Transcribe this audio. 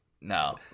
No